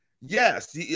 Yes